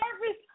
service